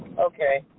Okay